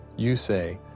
you say,